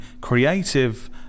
creative